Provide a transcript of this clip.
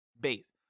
base